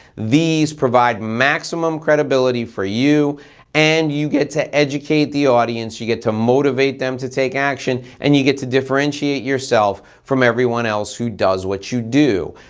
these provide maximum credibility for you and you get to educate the audience, you get to motivate them to take action and you get to differentiate yourself from everyone else who does what you do.